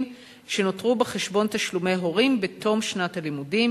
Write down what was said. שנותרו בחשבון תשלומי הורים בתום שנת הלימודים,